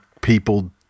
people